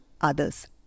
others